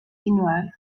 yninoar